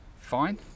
fine